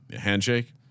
handshake